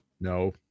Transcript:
no